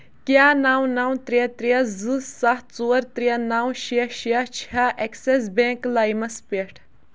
کیٛاہ نَو نَو ترٛےٚ ترٛےٚ زٕ سَتھ ژور ترٛےٚ نَو شےٚ شےٚ چھےٚ اٮ۪کسٮ۪س بٮ۪نٛک لایمس پٮ۪ٹھ